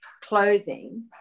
clothing